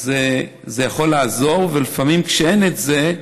אז זה יכול לעזור, ולפעמים, כשאין את זה,